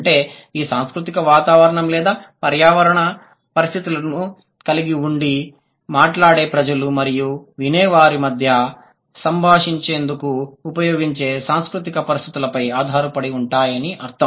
అంటే ఈ సాంస్కృతిక వాతావరణం లేదా పర్యావరణ పరిస్థితులు కలిగి ఉండి మాట్లాడే ప్రజలు మరియు వినేవారి మధ్య సంభాషించేందుకు ఉపయోగించే సాంస్కృతిక పరిస్థితులపై ఆధారపడి ఉంటాయని అర్థం